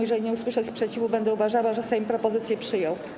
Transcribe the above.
Jeżeli nie usłyszę sprzeciwu, będę uważała, że Sejm propozycję przyjął.